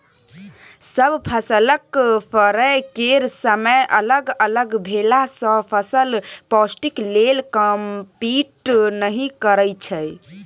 सब फसलक फरय केर समय अलग अलग भेलासँ फसल पौष्टिक लेल कंपीट नहि करय छै